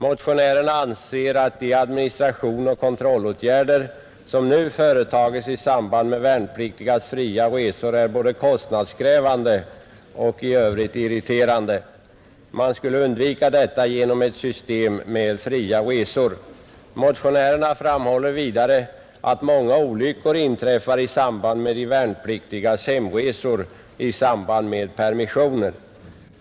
Motionärerna anser att de administrationsoch kontrollåtgärder som nu företas i samband med värnpliktigas fria resor är både kostnadskrävande och i övrigt irriterande. Man skulle kunna undvika detta genom ett system med fria resor. Motionärerna framhåller vidare att många olyckor inträffar under värnpliktigas hemresor i samband med permissioner.